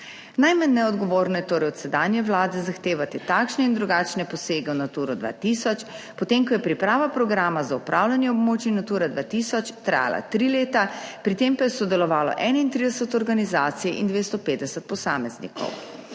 Najmanj neodgovorno torej od sedanje Vlade zahtevati takšne in drugačne posege v Naturo 2000, potem ko je priprava programa za upravljanje območij Natura 2000 trajala tri leta, pri tem pa je sodelovalo 31 organizacij in 250 posameznikov.